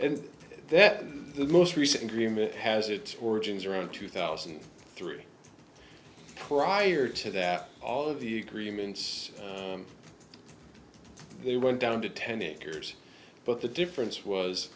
and then the most recent agreement has its origins around two thousand and three prior to that all of the agreements they went down to ten acres but the difference was